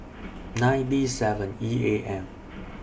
nine B seven E A M